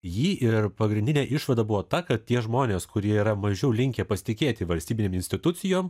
jį ir pagrindinė išvada buvo ta kad tie žmonės kurie yra mažiau linkę pasitikėti valstybinėm institucijom